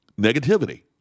negativity